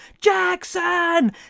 Jackson